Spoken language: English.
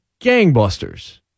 gangbusters